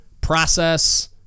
process